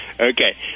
Okay